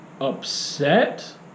upset